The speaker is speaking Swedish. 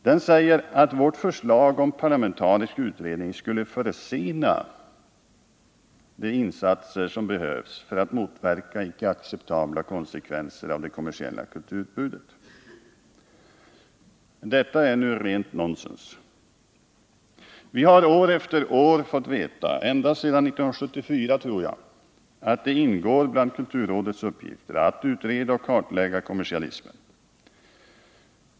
Den säger att vårt förslag om parlamentarisk utredning skulle försena de insatser som behövs för att motverka icke acceptabla konsekvenser av det kommersiella kulturutbudet. Detta är rent nonsens. Vi har nu år efter år, jag tror ända sedan 1974, fått veta att det ingår bland kulturrådets uppgifter att utreda och kartlägga kommersialismen.